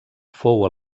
fou